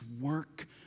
work